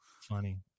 funny